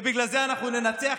ובגלל זה אנחנו ננצח,